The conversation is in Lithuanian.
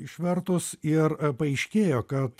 išvertus ir paaiškėjo kad